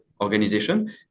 organization